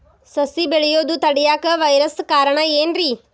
ಸಸಿ ಬೆಳೆಯುದ ತಡಿಯಾಕ ವೈರಸ್ ಕಾರಣ ಏನ್ರಿ?